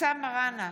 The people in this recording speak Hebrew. אבתיסאם מראענה,